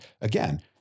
again